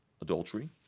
adultery